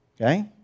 Okay